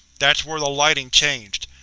that's where the lighting changed.